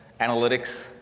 analytics